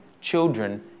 Children